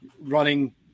running